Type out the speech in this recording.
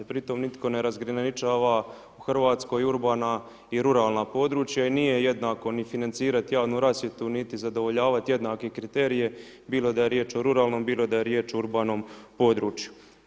Pri tome nitko ne razgraničava u Hrvatskoj urbana i ruralna područja i nije jednako ni financirati javnu rasvjetu niti zadovoljavati jednake kriterije bilo da je riječ o ruralnom, bilo da je riječ o urbanom području.